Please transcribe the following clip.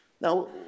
Now